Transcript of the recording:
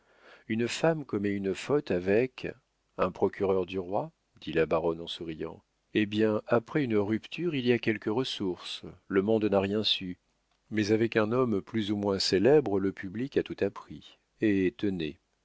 une femme commet une faute avec un procureur du roi dit la baronne en souriant eh bien après une rupture il y a quelques ressources le monde n'a rien su mais avec un homme plus ou moins célèbre le public a tout appris eh tenez